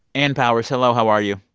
ann powers, hello, how are you?